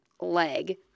leg